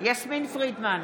יסמין פרידמן,